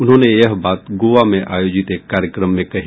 उन्होंने यह बात गोवा में आयोजित एक कार्यक्रम में कही